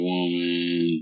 Woman